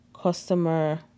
customer